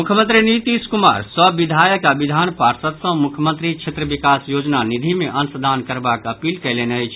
मुख्यमंत्री नीतीश कुमार सभ विधायक आ विधान पार्षद सँ मुख्यमंत्री क्षेत्र विकास योजना निधि मे अंशदान करबाक अपील कयलनि अछि